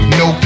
no